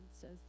says